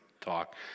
talk